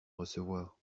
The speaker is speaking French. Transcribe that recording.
recevoir